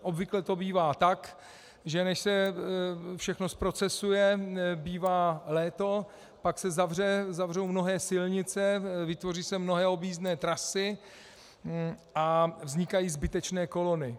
Obvykle to bývá tak, že než se všechno zprocesuje, bývá léto, pak se zavřou mnohé silnice, vytvoří se mnohé objízdné trasy a vznikají zbytečné kolony.